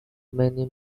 many